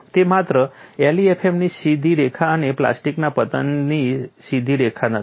તે માત્ર LEFM ની સીધી રેખા અને પ્લાસ્ટિકના પતનથી સીધી રેખા નથી